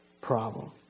problem